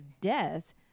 death